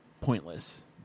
pointless